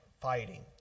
fighting